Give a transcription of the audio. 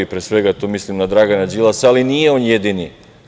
Pre svega tu mislim na Dragana Đilasa, ali nije on jedini.